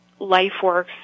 Lifeworks